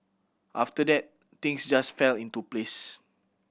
after that things just fell into place